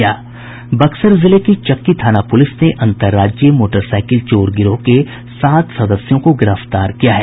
बक्सर जिले की चक्की थाना पूलिस ने अंतरराज्यीय मोटरसाईकिल चोर गिरोह के सात सदस्यों को गिरफ्तार किया है